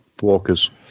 walkers